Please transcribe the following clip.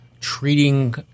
treating